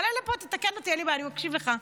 עלה לפה, תקן אותי, אין בעיה, אני אקשיב לך.